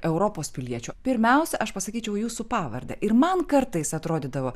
europos piliečiu pirmiausia aš pasakyčiau jūsų pavardę ir man kartais atrodydavo